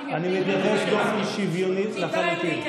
כי אני רוצה להזכיר שיש חברי כנסת יהודים,